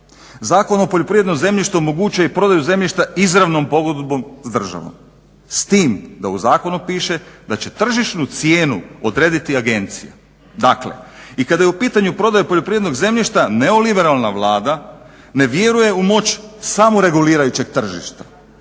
Zakon o poljoprivrednom zemljištu omogućuje i prodaju zemljišta izravnom pogodbom s državom s tim da u zakonu piše da će tržišnu cijenu odrediti agencija. Dakle i kada je u pitanju prodaja poljoprivrednog zemljišta neoliberalna Vlada ne vjeruje u moć samoregulirajućeg tržišta.